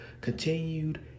continued